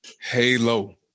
Halo